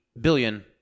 billion